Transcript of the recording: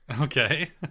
Okay